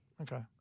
Okay